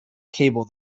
cable